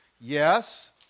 Yes